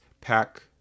pack